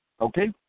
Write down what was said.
Okay